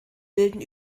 bilden